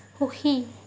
সুখী